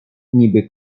niby